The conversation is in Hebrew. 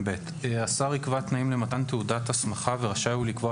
(ב)השר יקבע תנאים למתן תעודת הסמכה ורשאי הוא לקבוע,